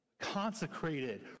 consecrated